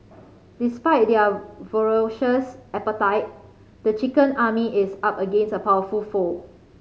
despite their appetite the chicken army is up against a powerful foe